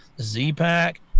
z-pack